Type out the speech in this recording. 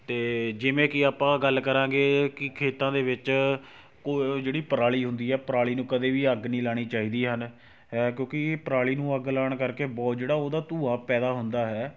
ਅਤੇ ਜਿਵੇਂ ਕਿ ਆਪਾਂ ਗੱਲ ਕਰਾਂਗੇ ਕਿ ਖੇਤਾਂ ਦੇ ਵਿੱਚ ਕੋਈ ਜਿਹੜੀ ਪਰਾਲੀ ਹੁੰਦੀ ਹੈ ਪਰਾਲੀ ਨੂੰ ਕਦੇ ਵੀ ਅੱਗ ਨਹੀਂ ਲਾਉਣੀ ਚਾਹੀਦੀ ਹਨ ਹੈ ਕਿਉਂਕਿ ਇਹ ਪਰਾਲੀ ਨੂੰ ਅੱਗ ਲਾਉਣ ਕਰਕੇ ਬਹੁਤ ਜਿਹੜਾ ਉਹਦਾ ਧੂੰਆਂ ਪੈਦਾ ਹੁੰਦਾ ਹੈ